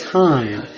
time